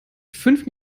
fünf